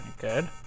good